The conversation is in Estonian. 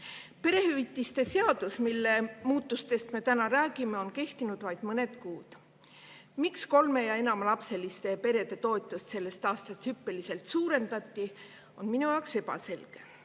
Perehüvitiste seadus, mille muutmisest me täna räägime, on kehtinud vaid mõned kuud. Miks kolme‑ ja enamalapseliste perede toetust sellest aastast hüppeliselt suurendati, on minu jaoks ebaselge.